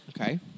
Okay